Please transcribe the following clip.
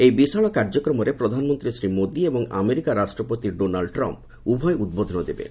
ଏହି ବିଶାଳ କାର୍ଯ୍ୟକ୍ରମରେ ପ୍ରଧାନମନ୍ତ୍ରୀ ଶ୍ରୀ ମୋଦି ଏବଂ ଆମେରିକା ରାଷ୍ଟ୍ରପତି ଡୋନାଲୁ ଟ୍ରମ୍ପ ଉଭୟ ମିଳିତଭାବେ ଉଦ୍ବୋଧନ ଦେବେ